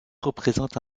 représente